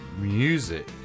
music